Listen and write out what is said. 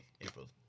April